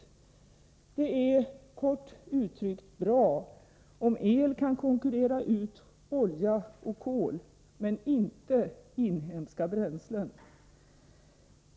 Det är — kort uttryckt — bra om el kan konkurrera ut olja och kol — men inte inhemska bränslen.